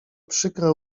przykre